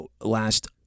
last